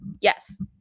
Yes